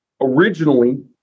Originally